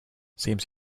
seems